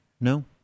No